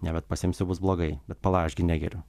ne bet pasiimsiu bus blogai bet pala aš gi negeriu